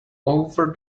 over